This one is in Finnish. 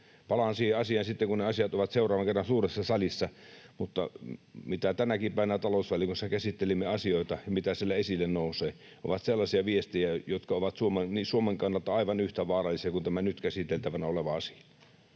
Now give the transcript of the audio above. Palaan siihen asiaan sitten kun ne asiat ovat seuraavan kerran suuressa salissa. Mutta mitä tänäkin päivänä talousvaliokunnassa käsittelimme asioita ja mitä siellä esille nousee, niin ne ovat sellaisia viestejä, jotka ovat Suomen kannalta aivan yhtä vaarallisia kuin tämä nyt käsiteltävänä oleva asia.